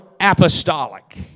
apostolic